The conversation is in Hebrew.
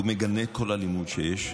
ומגנה כל אלימות שיש.